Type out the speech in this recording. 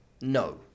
No